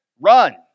Run